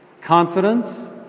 Confidence